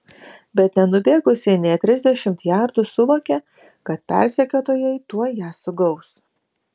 bet nenubėgusi nė trisdešimt jardų suvokė kad persekiotojai tuoj ją sugaus